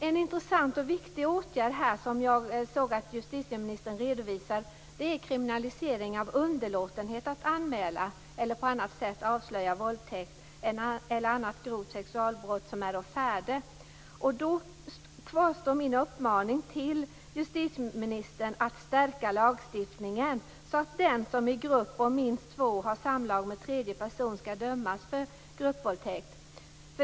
En intressant och viktig åtgärd här som justitieministern redovisar är kriminalisering av underlåtenhet att anmäla eller på annat sätt avslöja våldtäkt eller annat grovt sexualbrott som är å färde. Då kvarstår min uppmaning till justitieministern att stärka lagstiftningen så att den som i grupp om minst två har samlag med tredje person skall dömas för gruppvåldtäkt.